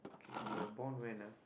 K you're born when ah